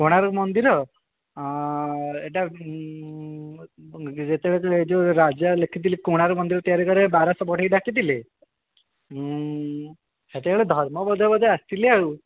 କୋଣାର୍କ ମନ୍ଦିର ଏହିଟା ଯେତେବେଳେ ଏହି ଯେଉଁ ରାଜା ଲେଖିଥିଲେ କୋଣାର୍କ ମନ୍ଦିର ତିଆରି କରିବା ବାରସହ ବଢ଼େଇ ଡାକି ଥିଲେ ସେତେବେଳେ ଧର୍ମ ପଦ ବୋଧେ ଆସିଥିଲେ ଆଉ